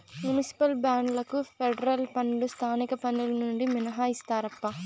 municipal బాండ్లకు federal పన్నులు స్థానిక పన్నులు నుండి మినహాయిస్తారప్పా